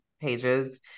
pages